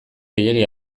gehiegi